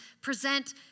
present